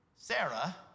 Sarah